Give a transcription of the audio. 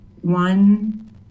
one